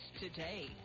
today